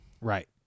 Right